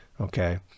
Okay